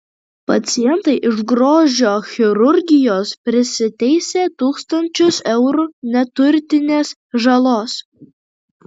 pacientai iš grožio chirurgijos prisiteisė tūkstančius eurų neturtinės žalos